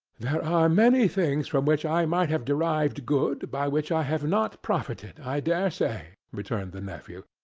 there are many things from which i might have derived good, by which i have not profited, i dare say, returned the nephew.